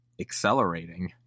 accelerating